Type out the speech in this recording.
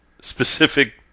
specific